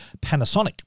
Panasonic